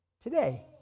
today